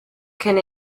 kenne